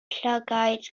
llygaid